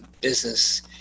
business